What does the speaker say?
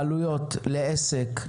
העלויות לעסק,